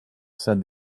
said